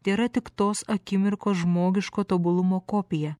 tėra tik tos akimirkos žmogiško tobulumo kopija